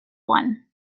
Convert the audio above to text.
one